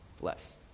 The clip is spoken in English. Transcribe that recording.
less